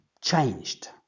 changed